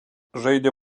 žaidė